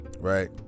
right